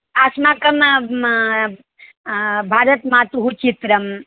अस्माकम् म म भारतमातुः चित्रं